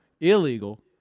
illegal